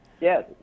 Yes